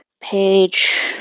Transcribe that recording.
page